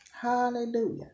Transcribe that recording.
Hallelujah